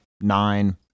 nine